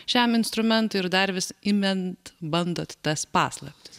šiam instrumentui ir dar vis įmint bandot tas paslaptis